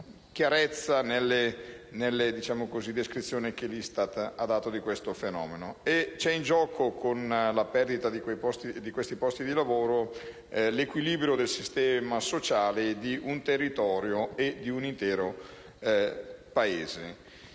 chiarezza dalla descrizione che l'ISTAT ha dato di questo fenomeno. C'è in gioco, con la perdita di questi posti di lavoro, l'equilibrio del sistema sociale di un territorio e di un intero Paese.